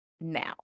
now